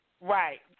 right